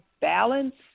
balance